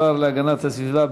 השר להגנת הסביבה,